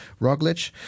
Roglic